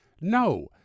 No